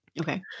Okay